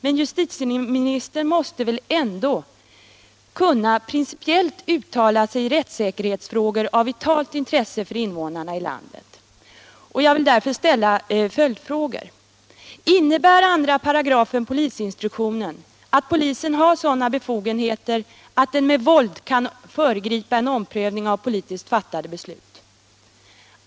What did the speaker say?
Men justitieministern måste väl ändå kunna principiellt uttala sig i rättssäkerhetsfrågor av vitalt intresse för invånarna i landet. Jag vill därför ställa följdfrågor till justitieministern: Har polisen sådana befogenheter att den med våld kan föregripa en omprövning av politiskt fattade beslut?